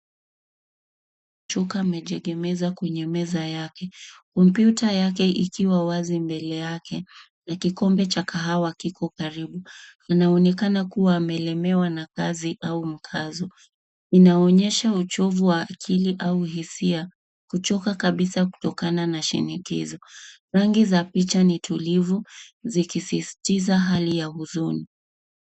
Mtu amekaa akiegemeza kichwa mezani, kompyuta yake ikiwa wazi mbele yake, huku kikombe cha kahawa kikiwa karibu. Anaonekana kulemewa na kazi au msongo, akionyesha uchovu wa kifikra na kimaumbile. Rangi za picha ni tulivu, zikisisitiza hali ya uchovu na huzuni.